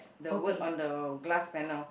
the word on the glass panel